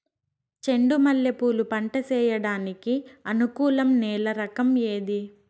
చెండు మల్లె పూలు పంట సేయడానికి అనుకూలం నేల రకం ఏది